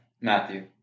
Matthew